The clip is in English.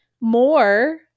More